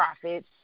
profits